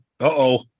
Uh-oh